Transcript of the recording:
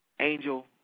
Angel